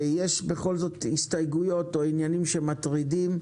יש בכל זאת הסתייגויות או עניינים שמטרידים?